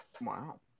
Wow